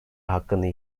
hakkını